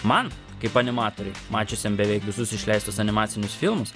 man kaip animatoriui mačiusiam beveik visus išleistus animacinius filmus